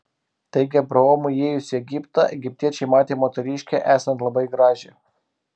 taigi abraomui įėjus į egiptą egiptiečiai matė moteriškę esant labai gražią